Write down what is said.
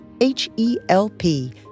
H-E-L-P